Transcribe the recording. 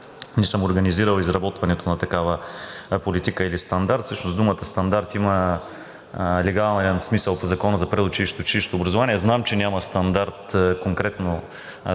не съм организирал изработването на такава политика или стандарт. Всъщност думата „стандарт“ има легален смисъл по Закона за предучилищното и училищното образование. Знам, че няма такъв стандарт конкретно